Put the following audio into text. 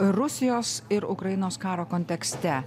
rusijos ir ukrainos karo kontekste